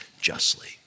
justly